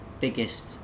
biggest